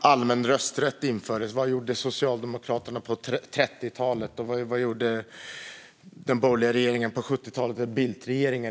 allmän rösträtt infördes. Vad gjorde Socialdemokraterna på 30-talet? Vad gjorde den borgerliga regeringen på 70-talet? Vad gjorde Bildtregeringen?